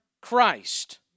Christ